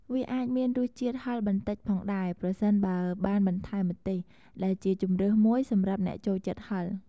វាអាចមានរសជាតិហឹរបន្តិចផងដែរ ប្រសិនបើបានបន្ថែមម្ទេស ដែលជាជម្រើសមួយសម្រាប់អ្នកចូលចិត្តហឹរ។